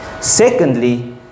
Secondly